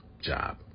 job